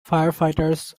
firefighters